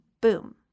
boom